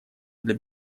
для